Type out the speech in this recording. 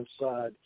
side